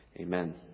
Amen